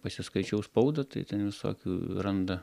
pasiskaičiau spaudą tai ten visokių randa